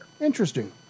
Interesting